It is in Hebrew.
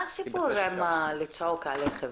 מה הסיפור עם ה"לצעוק עליכם".